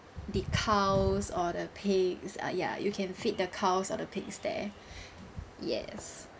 the cows or the pigs uh ya you can feed the cows or pigs there yes